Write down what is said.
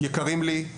יקרים לי,